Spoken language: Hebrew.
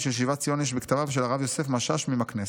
של שיבת ציון יש בכתביו של הרב יוסף משאש ממקנס.